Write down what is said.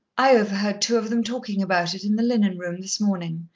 i overheard two of them talking about it, in the linen-room this morning,